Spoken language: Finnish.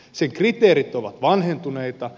sen kriteerit ovat vanhentuneita